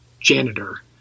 janitor